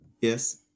Yes